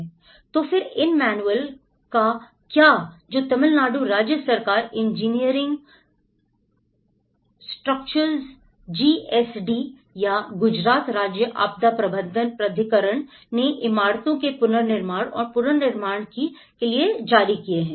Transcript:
तो फिर उन मैनुएल्स का क्या जो तमिलनाडु राज्य सरकार engineering structures G S D या गुजरात राज्य आपदा प्रबंधन प्राधिकरण ने इमारतों के पुनर्निर्माण और पुनर्निर्माण के लिए जारी किए हैं